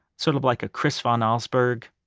sort of like a chris van allsburg,